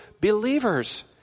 believers